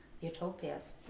utopias